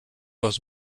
was